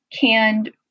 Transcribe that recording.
canned